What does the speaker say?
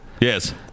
Yes